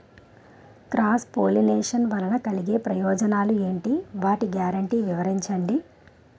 Cross pollination వలన కలిగే ప్రయోజనాలు ఎంటి? వాటి గ్యారంటీ వివరించండి?